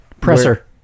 Presser